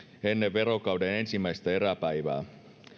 ennen verokauden ensimmäistä eräpäivää